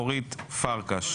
אורית פרקש